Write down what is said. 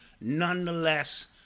nonetheless